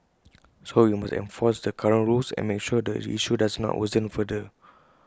so we must enforce the current rules and make sure this issue does not worsen further